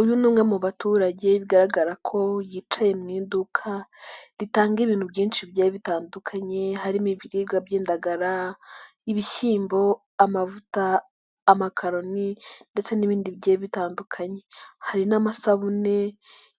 Uyu ni umwe mu baturage bigaragara ko yicaye mu iduka ritanga ibintu byinshi bigiye bitandukanye harimo: ibiribwa by'indagara, ibishyimbo, amavuta, amakaroni ndetse n'ibindi bigiye bitandukanye, hari n'amasabune